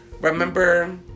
Remember